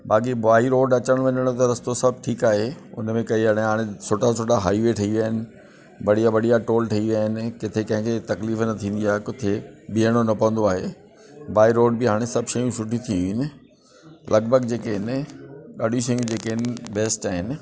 बाक़ी बाए रोड अचण वञण जो त सभु ठीकु आहे उन में काई हाणे सुठा सुठा हाईवे ठही विया आहिनि बढ़िया बढ़िया टोल ठही विया आहिनि किथे कंहिंखे तकलीफ़ न थींदी आहे किथे बिहणो न पवंदो आहे बाए रोड बि हाणे सभु शयूं सुठियूं थी वियूं आहिनि लॻभॻि जेके इन ॾाढियूं शयूं जेके आहिनि जेके बेस्ट आहिनि